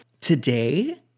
Today